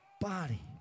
body